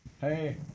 Hey